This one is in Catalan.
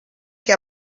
que